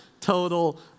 total